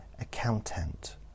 Accountant